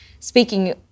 Speaking